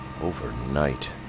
Overnight